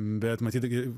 bet matyt gi